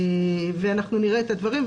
אנחנו נראה את הדברים.